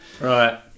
Right